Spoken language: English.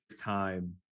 time